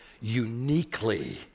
uniquely